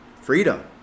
freedom